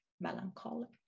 melancholy